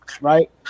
right